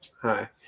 Hi